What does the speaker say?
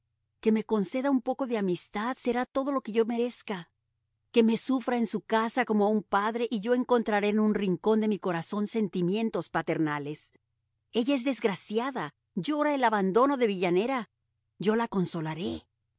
que me conceda un poco de amistad será todo lo que yo merezca que me sufra en su casa como a un padre y yo encontraré en un rincón de mi corazón sentimientos paternales ella es desgraciada llora el abandono de villanera yo la consolaré